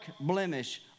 blemish